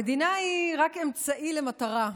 המדינה היא רק אמצעי למטרה,